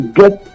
get